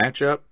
matchup